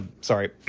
sorry